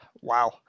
Wow